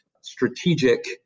strategic